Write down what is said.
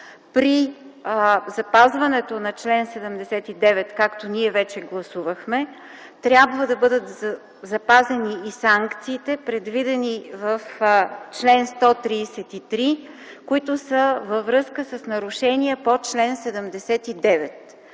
При запазването на чл. 79, както ние вече гласувахме, трябва да бъдат запазени и санкциите, предвидени в чл. 133, които са във връзка с нарушения по чл. 79.